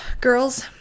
Girls